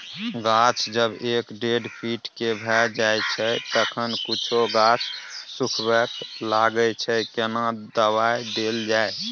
गाछ जब एक डेढ फीट के भ जायछै तखन कुछो गाछ सुखबय लागय छै केना दबाय देल जाय?